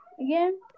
again